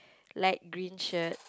light green shirt